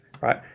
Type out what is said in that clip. right